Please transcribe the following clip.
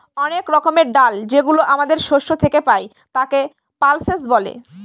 অনেক রকমের ডাল যেগুলো আমাদের শস্য থেকে পাই, তাকে পালসেস বলে